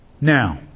Now